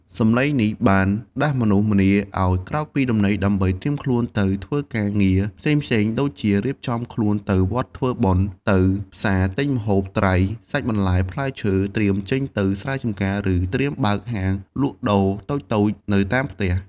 សំឡេងនេះបានដាស់មនុស្សម្នាឱ្យក្រោកពីដំណេកដើម្បីត្រៀមខ្លួនទៅធ្វើការងារផ្សេងៗដូចជា រៀបចំខ្លួនទៅវត្តធ្វើបុណ្យ ទៅផ្សារទិញម្ហូបត្រី សាច់ បន្លែ ផ្លែឈើ ត្រៀមចេញទៅស្រែចម្ការ ឬត្រៀមបើកហាងលក់ដូរតូចៗនៅតាមផ្ទះ។